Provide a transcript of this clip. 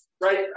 right